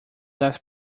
das